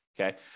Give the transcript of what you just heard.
Okay